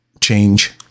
change